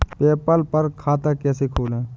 PayPal पर खाता कैसे खोलें?